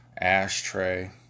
ashtray